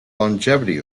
longevity